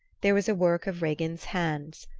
there was a work of regin's hands.